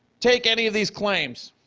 take any of these claims.